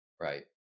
right